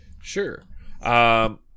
Sure